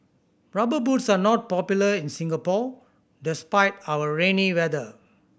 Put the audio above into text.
Rubber Boots are not popular in Singapore despite our rainy weather